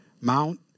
Mount